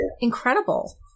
incredible